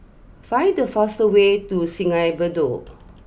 find the fastest way to Sungei Bedok